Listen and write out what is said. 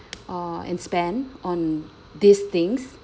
uh and spend on these things